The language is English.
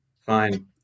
Fine